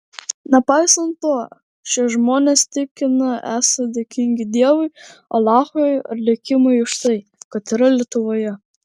nepaisant to šie žmonės tikina esą dėkingi dievui alachui ar likimui už tai kad yra lietuvoje